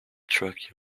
truck